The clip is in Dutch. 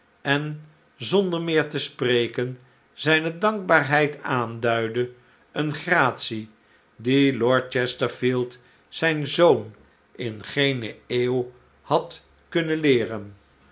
en zonder meer te spreken zijne dankbaarheid aanduidde een gratie die lord chesterfield zijn zoon in geene eeuw had kunnen leeren